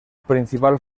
principal